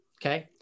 okay